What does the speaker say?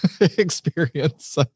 experience